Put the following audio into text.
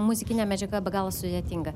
muzikinė medžiaga be galo sudėtinga